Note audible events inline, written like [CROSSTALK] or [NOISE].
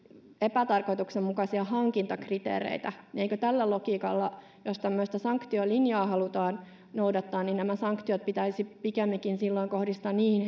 epätarkoituksenmukaisia hankintakriteereitä niin eikö tällä logiikalla jos tämmöistä sanktiolinjaa halutaan noudattaa sanktiot pitäisi pikemminkin silloin kohdistaa niihin [UNINTELLIGIBLE]